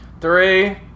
Three